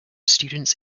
students